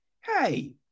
hey